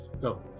go